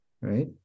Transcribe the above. right